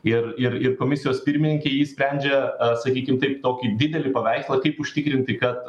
ir ir ir komisijos pirmininkė ji sprendžia sakykim taip tokį didelį paveikslą kaip užtikrinti kad